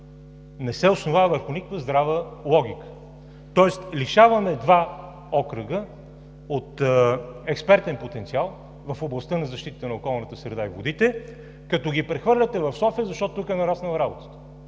не се основава върху никаква здрава логика. Тоест лишаваме два окръга от експертен потенциал в областта на защитата на околната среда и водите, като ги прехвърляте в София, защото тук е нараснала работата!